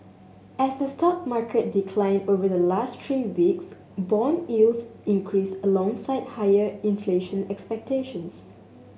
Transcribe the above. as the stock market declined over the last three weeks bond yields increased alongside higher inflation expectations